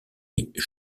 est